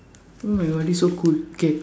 oh my God this so cool K